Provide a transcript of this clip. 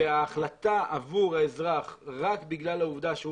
וההחלטה עבור האזרח רק בגלל העובדה שהוא